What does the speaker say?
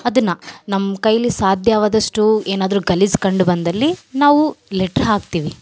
ಅದನ್ನು ನಮ್ಮ ಕೈಲಿ ಸಾಧ್ಯವಾದಷ್ಟು ಏನಾದ್ರು ಗಲೀಜು ಕಂಡು ಬಂದಲ್ಲಿ ನಾವು ಲೆಟ್ರ್ ಹಾಕ್ತಿವಿ